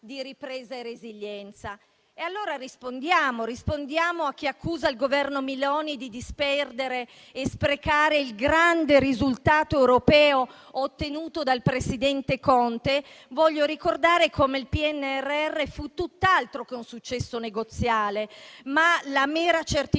di ripresa e resilienza. Per rispondere a chi accusa il Governo Meloni di disperdere e sprecare il grande risultato europeo ottenuto dal presidente Conte, voglio ricordare che il PNRR fu tutt'altro che un successo negoziale, ma la mera certificazione